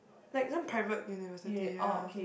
like some private university ya